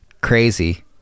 crazy